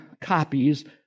copies